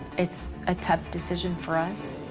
it's a tough decision for us.